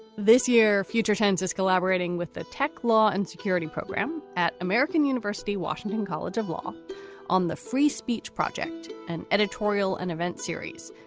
this year. future tense is collaborating with the tech law and security program at american university washington college of law on the free speech project, an editorial, an event series.